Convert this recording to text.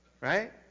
Right